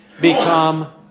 become